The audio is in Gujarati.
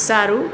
સારું